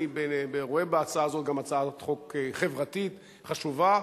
אני רואה בהצעה הזו גם הצעת חוק חברתית חשובה,